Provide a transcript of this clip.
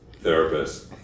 therapist